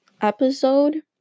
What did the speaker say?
episode